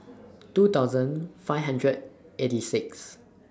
two thousand five hundred eighty six